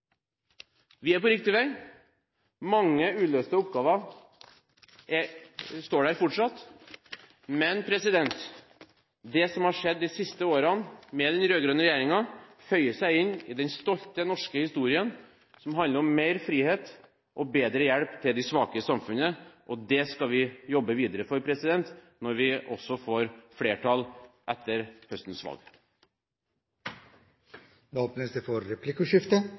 Vi er på riktig vei. Mange uløste oppgaver står der fortsatt, men det som har skjedd de siste årene med den rød-grønne regjeringen, føyer seg inn i den stolte norske historien som handler om mer frihet og bedre hjelp til de svake i samfunnet, og dem skal vi jobbe videre for når vi også får flertall etter høstens valg. Det blir replikkordskifte.